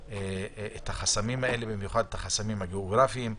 ואת החסמים האלה ובמיוחד את החסמים הגיאוגרפיים.